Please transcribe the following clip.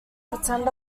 pretend